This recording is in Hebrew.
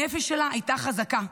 הנפש שלה הייתה חזקה.